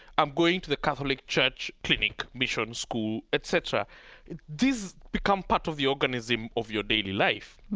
i'm going to the catholic church, clinic, mission, school, et cetera these become part of the organism of your daily life.